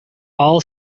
all